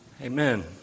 Amen